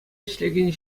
ӗҫлекен